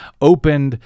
opened